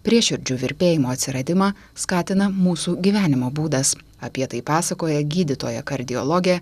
prieširdžių virpėjimo atsiradimą skatina mūsų gyvenimo būdas apie tai pasakoja gydytoja kardiologė